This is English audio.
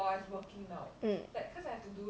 mm